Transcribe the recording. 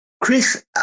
Chris